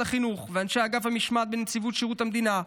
החינוך ואנשי אגף המשמעת בנציבות שירות המדינה,